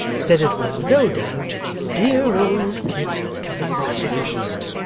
said it was no doubt dear old kit coming back at last.